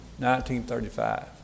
1935